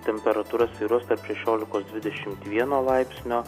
temperatūra svyruos tarp šešiolikos dvidešimt vieno laipsnio